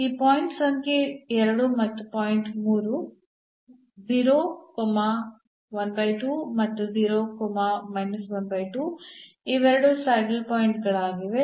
ಈ ಪಾಯಿಂಟ್ ಸಂಖ್ಯೆ 2 ಮತ್ತು ಪಾಯಿಂಟ್ 3 ಮತ್ತು ಇವೆರಡೂ ಸ್ಯಾಡಲ್ ಪಾಯಿಂಟ್ ಗಳಾಗಿವೆ